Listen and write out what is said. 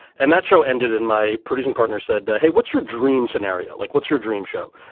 and that show ended in. my pretty and partner said, hey, what's your dream scenario like? what's your dream show?